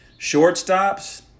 Shortstops